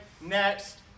next